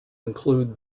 include